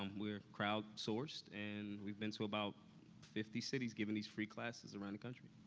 um we're crowdsourced, and we've been to about fifty cities, giving these free classes around the country.